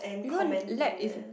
you know lab is